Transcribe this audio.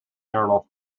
journal